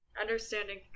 understanding